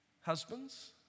Husbands